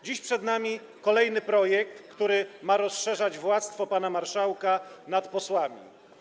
Dziś przed nami kolejny projekt, który ma rozszerzać władztwo pana marszałka nad posłami.